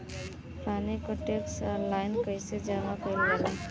पानी क tax online कईसे जमा कईल जाला?